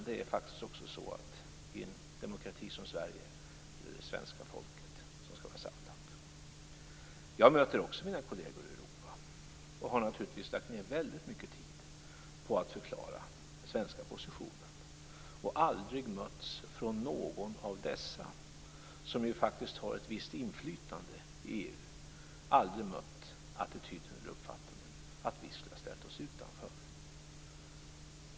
Det är faktiskt också så att det i en demokrati som Sverige är det svenska folket som skall vara samlat. Jag möter också mina kolleger i Europa. Jag har naturligtvis lagt ned väldigt mycket tid på att förklara den svenska positionen. Och jag har aldrig från någon av mina kolleger - som ju faktiskt har ett visst inflytande i EU - mötts av attityden eller uppfattningen att vi skulle ha ställt oss utanför.